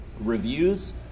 reviews